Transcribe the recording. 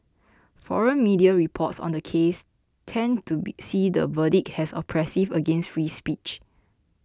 foreign media reports on the case tend to be see the verdict as oppressive against free speech